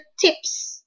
tips